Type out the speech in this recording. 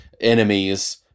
enemies